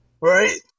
Right